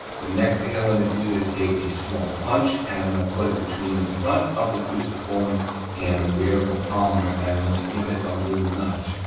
the next thing i'm gonna do is take a small punch and i'm gonna put it between the front of the cruciform and the rear of the polymer, and i'm gonna give it a little nudge,